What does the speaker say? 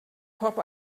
pop